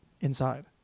inside